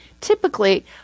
Typically